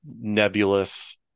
nebulous